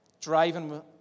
driving